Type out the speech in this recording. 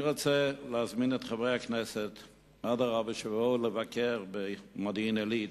אני רוצה להזמין את חברי הכנסת לבקר במודיעין-עילית,